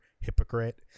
hypocrite